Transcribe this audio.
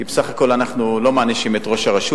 כי בסך הכול אנחנו לא מענישים את ראש הרשות,